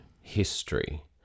history